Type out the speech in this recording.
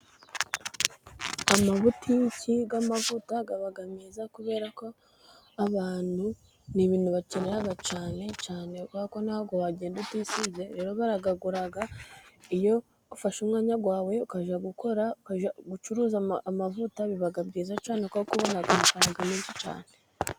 Amabutiki y'amavuta aba meza, kubera ko abantu ni ibintu bakenera cyane cyane, kubera ko ntabwo wagenda utisize rero barayagura, iyo ufashe umwanya wawe ukajya gukora, ukajya gucuruza amavuta biba byiza cyane, kuko ubona amafaranga menshi cyane.